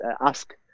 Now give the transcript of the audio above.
ask